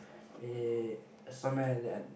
eh somewhere that